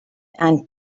and